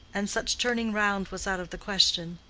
and such turning round was out of the question.